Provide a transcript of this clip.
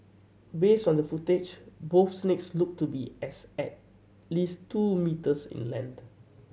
based on the footage both snakes looked to be as at least two metres in length